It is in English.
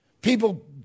people